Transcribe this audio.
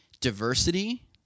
diversity